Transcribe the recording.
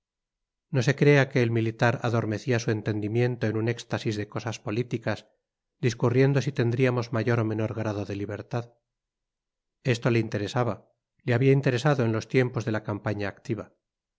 no se crea que el militar adormecía su entendimiento en un éxtasis de cosas políticas discurriendo si tendríamos mayor o menor grado de libertad esto le interesaba le había interesado en los tiempos de la campaña activa